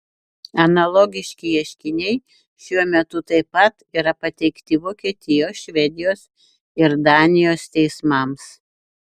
analogiški ieškiniai šiuo metu taip pat yra pateikti vokietijos švedijos ir danijos teismams